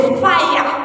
fire